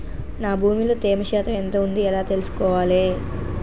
నా భూమి లో తేమ శాతం ఎంత ఉంది ఎలా తెలుసుకోవాలే?